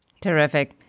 Terrific